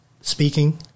speaking